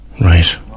right